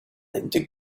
into